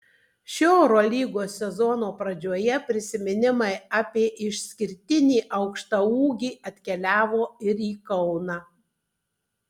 šio eurolygos sezono pradžioje prisiminimai apie išskirtinį aukštaūgį atkeliavo ir į kauną